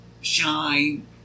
shine